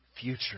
future